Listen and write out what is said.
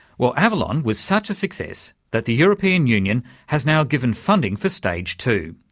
well, avalon was such a success that the european union has now given funding for stage two,